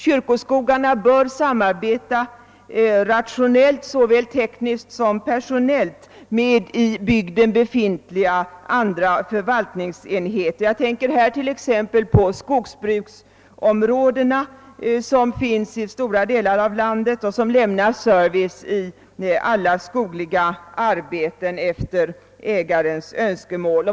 Kyrkoskogarna bör samarbeta rationellt såväl tekniskt som personellt med i bygden befintliga andra förvaltningsenheter — jag tänker här t.ex. på skogsbruksområdena, som finns i stora delar av landet och som lämnar service beträffande alla skogliga arbeten efter ägarens önskemål.